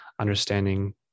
understanding